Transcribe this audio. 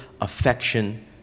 affection